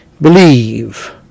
Believe